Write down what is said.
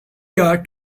here